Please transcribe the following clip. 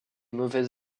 mauvais